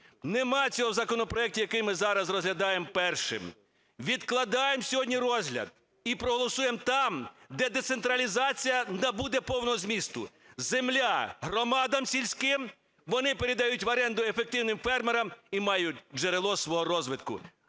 Нема цього в законопроекті, який ми зараз розглядаємо першим. Відкладаємо сьогодні розгляд і проголосуємо там, де децентралізація набуде повного змісту. Земля – громадам сільським, вони передають в оренду ефективним фермерам і мають джерело свого розвитку.